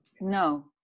No